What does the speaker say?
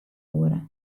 oere